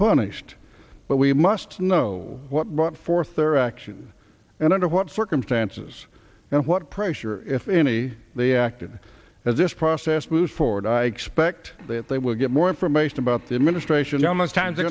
punished but we must know what brought forth their action and under what circumstances and what pressure if any they acted as this process moves forward i expect that they will get more information about the administration the most times